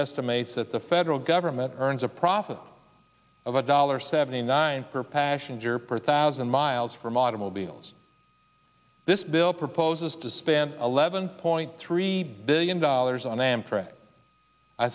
estimates that the federal government earns a profit of one dollar seventy nine per pack ash and your per thousand miles from automobiles this bill proposes to spend eleven point three billion dollars on amtrak i